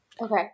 Okay